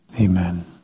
Amen